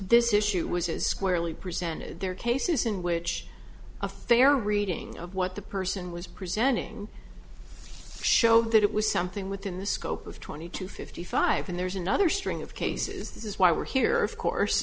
this issue was as squarely presented their cases in which a fair reading of what the person was presenting showed that it was something within the scope of twenty to fifty five and there's another string of cases this is why we're here of course